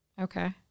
Okay